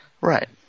Right